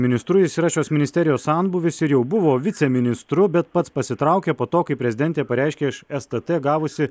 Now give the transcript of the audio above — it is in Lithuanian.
ministru jis yra šios ministerijos senbuvis ir jau buvo viceministru bet pats pasitraukė po to kai prezidentė pareiškė iš stt gavusi